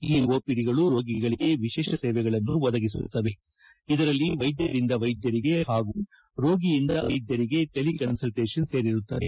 ಈ ಒಪಿಡಿಗಳು ರೋಗಿಗಳಿಗೆ ವಿಶೇಷ ಸೇವೆಗಳನ್ನು ಒದಗಿಸುತ್ತವೆ ಇದರಲ್ಲಿ ವೈದ್ಯರಿಂದ ವೈದ್ಯರಿಗೆ ಹಾಗೂ ರೋಗಿಯಿಂದ ವೈದ್ಯರಿಗೆ ಟೆಲಿ ಕನ್ಸಲ್ವೇಷನ್ ಸೇರಿರುತ್ತದೆ